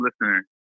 listener